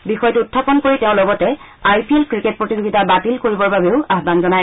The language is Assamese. বিষয়টো উখাপন কৰি তেওঁ লগতে আই পি এল ক্ৰিকেট প্ৰতিযোগিতা বাতিল কৰিবৰ বাবে আহান জনায়